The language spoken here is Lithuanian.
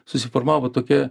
susiformavo tokia